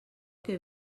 que